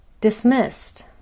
dismissed